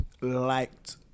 liked